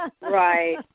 Right